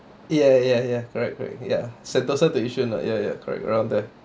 ya ya ya correct correct ya sentosa to yishun lah ya ya correct around there